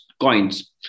coins